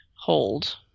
hold